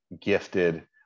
gifted